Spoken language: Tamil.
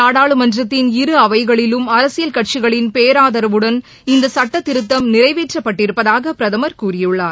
நாடாளுமன்றத்தின் இரு அவைகளிலும் அரசியல் கட்சிகளின் பேராதரவுடன் இந்த சுட்டத்திருத்தம் நிறைவேற்றப்பட்டிருப்பதாக பிரதமர் கூறியுள்ளார்